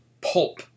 pulp